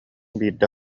биирдэ